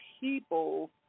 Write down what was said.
people